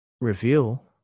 reveal